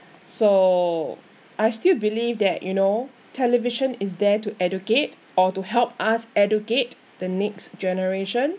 so I still believe that you know television is there to educate or to help us educate the next generation